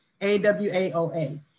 A-W-A-O-A